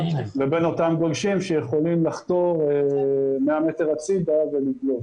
לבין אותם גולשים שיכולים לחתור 100 מטר הצידה ולגלוש,